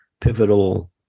pivotal